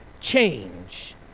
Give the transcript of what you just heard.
change